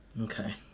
Okay